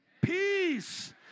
Peace